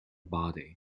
bodies